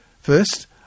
First